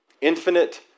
infinite